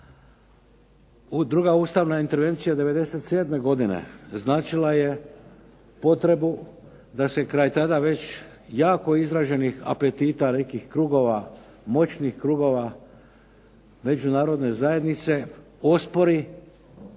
Druga ustavna intervencija '97. godine značila je potrebu da se kraj tada već jako izraženih apetita nekih krugova, moćnih krugova Međunarodne zajednice, ospori